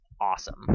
awesome